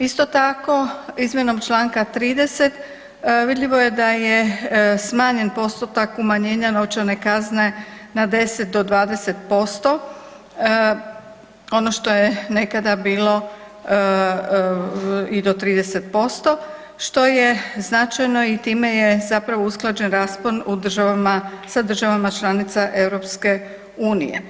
Isto tako, izmjenom Članka 30. vidljivo je da je smanjen postotak umanjenja novčane kazne na 10 do 20% ono što je nekada bilo i do 30% što je značajno i time je zapravo usklađen raspon u državama, sa državama članica EU.